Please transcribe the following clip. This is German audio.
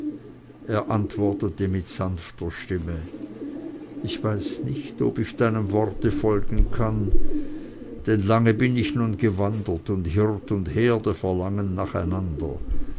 er antwortete mit sanfter stimme ich weiß nicht ob ich deinem worte folgen kann denn lange bin ich nun gewandert und hirt und herde verlangen nach